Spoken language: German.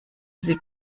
sie